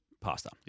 pasta